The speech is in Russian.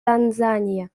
танзания